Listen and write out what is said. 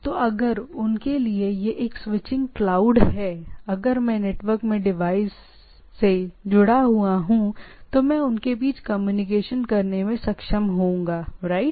तो अगर उनके लिए यह एक स्विचिंग क्लाउड है राइट या ऐसा कहने के लिए कि किसी तरह अगर मैं जुड़ा हुआ हूं तो मैं चीजों के साथ कम्युनिकेट करने में सक्षम होऊंगा राइट